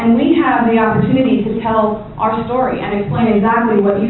and we have the opportunity to tell our story and explain exactly what you